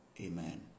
Amen